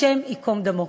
השם ייקום דמו.